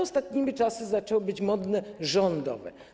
Ostatnimi czasy zaczęło być modne rządowe.